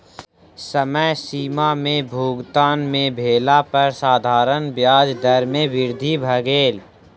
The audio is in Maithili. समय सीमा में भुगतान नै भेला पर साधारण ब्याज दर में वृद्धि भ गेल